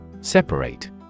Separate